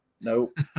nope